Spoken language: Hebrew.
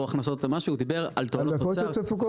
הוא דיבר על --- אוצר,